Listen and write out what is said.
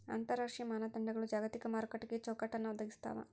ಅಂತರರಾಷ್ಟ್ರೀಯ ಮಾನದಂಡಗಳು ಜಾಗತಿಕ ಮಾರುಕಟ್ಟೆಗೆ ಚೌಕಟ್ಟನ್ನ ಒದಗಿಸ್ತಾವ